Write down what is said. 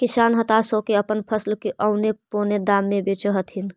किसान हताश होके अपन फसल के औने पोने दाम में बेचऽ हथिन